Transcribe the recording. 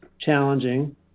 challenging